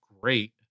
great